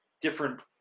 different